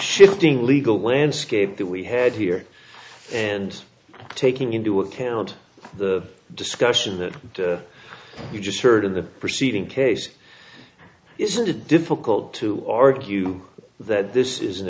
shifting legal landscape that we had here and taking into account the discussion that you just heard of the proceeding case isn't it difficult to argue that this is an